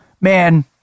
man